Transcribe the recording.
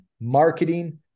marketing